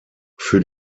für